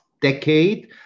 decade